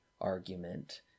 argument